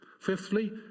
Fifthly